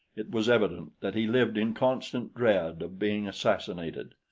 it was evident that he lived in constant dread of being assassinated.